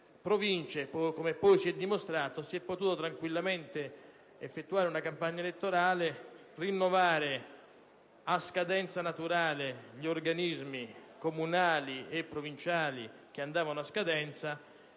Province, come poi si è dimostrato, si è potuto tranquillamente effettuare la campagna elettorale, rinnovare a scadenza naturale gli organismi comunali e provinciali, senza